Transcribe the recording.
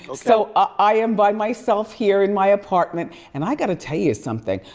so i am by myself here in my apartment. and i gotta tell you something,